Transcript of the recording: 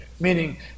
Meaning